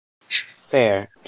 Fair